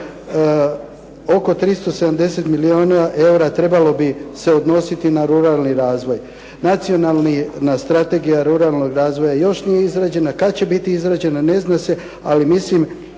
eura oko 370 milijuna eura trebalo bi se odnositi na ruralni razvoj. Nacionalna strategija ruralnog razvoja još nije izrađena. Kad će biti izrađena ne zna se ali mislim